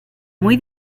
muy